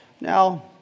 Now